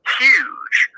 huge